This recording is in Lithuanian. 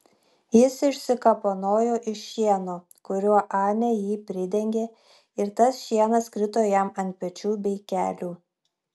jis išsikapanojo iš šieno kuriuo anė jį pridengė ir tas šienas krito jam ant pečių bei kelių